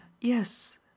yes